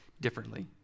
differently